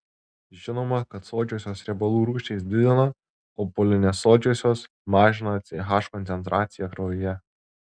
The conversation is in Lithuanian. žinoma kad sočiosios riebalų rūgštys didina o polinesočiosios mažina ch koncentraciją kraujyje